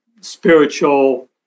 spiritual